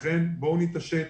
אז בואו נתעשת.